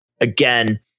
again